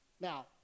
Now